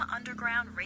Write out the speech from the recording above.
Underground